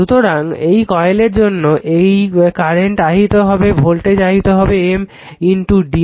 সুতরাং এই কয়েলের জন্য একই কারেন্ট আহিত হবে ভোল্টেজ আহিত হবে M didt